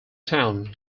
town